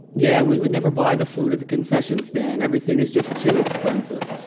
yeah, we would never buy the food at the concession stand. everything is just too expensive.